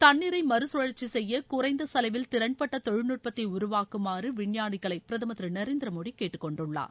தண்ணீரை மறுசுழற்சி செய்ய குறைந்த செலவில் திறன்பட்ட தொழில்நுட்பத்தை உருவாக்குமாறு விஞ்ஞானிகளை பிரதமர் திரு நரேந்திர மோடி கேட்டுக்கொண்டுள்ளார்